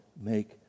make